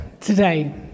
today